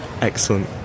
excellent